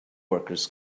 workers